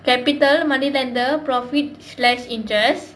capital moneylender profit slashed interest